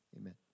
Amen